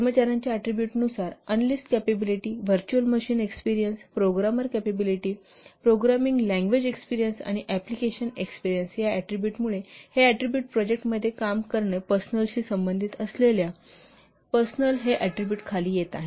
कर्मचार्यांच्या ऍट्रीबुटनुसार analyst capability virtual machine experience programmer capability programming language experience आणि application experience या ऍट्रीबुटमुळे हे ऍट्रीबुट प्रोजेक्टमध्ये काम पर्सनलशी संबंधित असलेल्या पर्सनलच्या हे ऍट्रीबुट खाली येत आहेत